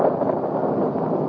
or